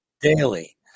Daily